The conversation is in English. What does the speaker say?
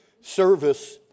service